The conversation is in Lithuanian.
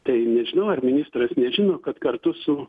tai nežinau ar ministras nežino kad kartu su